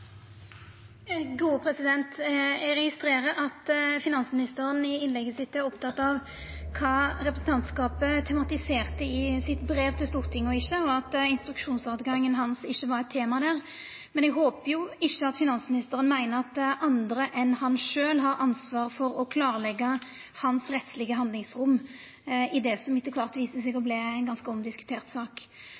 av kva representantskapet tematiserte i sitt brev til Stortinget og ikkje, og at instruksjonsretten hans ikkje var eit tema der. Men eg håper jo ikkje at finansministeren meiner at andre enn han sjølv har ansvar for å klarleggja hans rettslege handlingsrom i det som etter kvart viste seg å verta ei ganske omdiskutert sak.